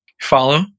follow